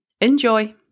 Enjoy